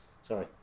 Sorry